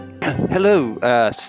Hello